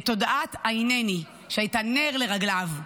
את תודעת ה"הינני", שהייתה נר לרגליו: